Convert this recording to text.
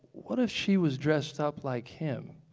what if she was dressed up like him?